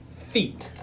feet